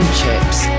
chips